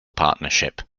partnership